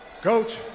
Coach